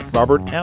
Robert